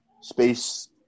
space